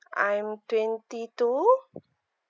I'm twenty two